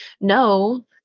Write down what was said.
no